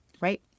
Right